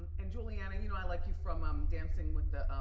and julianne, you know i like you from um dancing with the,